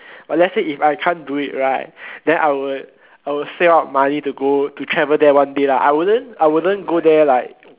but let's say if I can't do it right then I would I will save up money to go to travel there one day lah I wouldn't I wouldn't go there like